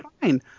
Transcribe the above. fine